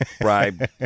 Bribe